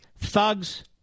Thugs